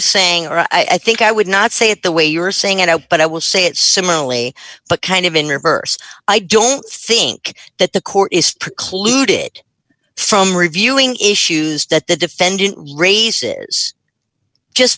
saying i think i would not say it the way you're saying it out but i will say it similarly but kind of in reverse i don't think that the court precluded from reviewing issues that the defendant raises just